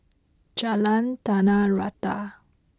Jalan Tanah Rata